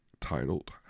titled